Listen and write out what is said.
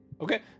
Okay